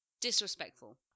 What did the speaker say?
disrespectful